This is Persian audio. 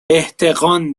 احتقان